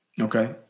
Okay